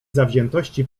zawziętości